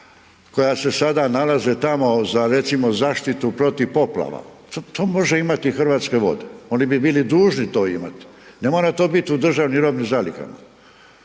koja se sada nalaze tamo za recimo zaštitu protiv poplava. To, to može imati Hrvatske vode. Oni bi bili dužni to imat. Ne mora to bit u državnim robnim zalihama.